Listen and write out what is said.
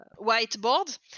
whiteboard